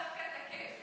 חזרו בהם.